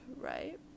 right